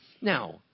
Now